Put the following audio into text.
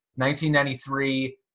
1993